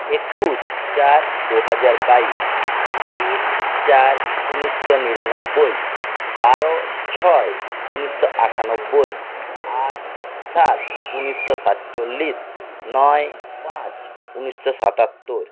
একুশ চার দু হাজার বাইশ তেইশ চার উনিশশো নিরানব্বই বারো ছয় উনিশশো আটানব্বই আট সাত উনিশশো সাতচল্লিশ নয় পাঁচ উনিশশো সাতাত্তর